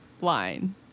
line